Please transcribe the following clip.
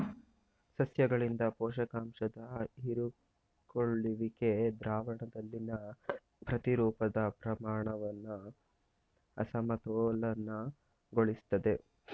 ಸಸ್ಯಗಳಿಂದ ಪೋಷಕಾಂಶದ ಹೀರಿಕೊಳ್ಳುವಿಕೆ ದ್ರಾವಣದಲ್ಲಿನ ಪ್ರತಿರೂಪದ ಪ್ರಮಾಣನ ಅಸಮತೋಲನಗೊಳಿಸ್ತದೆ